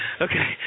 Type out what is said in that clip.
okay